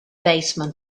basement